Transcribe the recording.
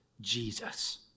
Jesus